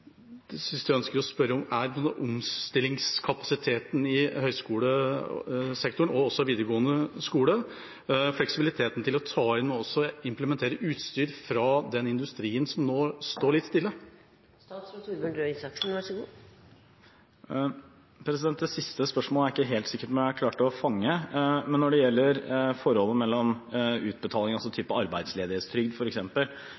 i videregående skole, fleksibiliteten til å ta inn, men også implementere utstyr fra den industrien som nå står litt stille. Det siste spørsmålet er jeg ikke helt sikker på om jeg klarte å fange. Når det gjelder forholdet mellom utbetaling